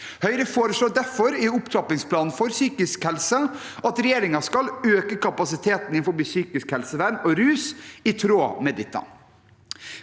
Høyre foreslår derfor i opptrappingsplanen for psykisk helse at regjeringen skal øke kapasiteten innenfor psykisk helsevern og rus i tråd med dette.